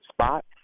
spot